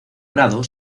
grado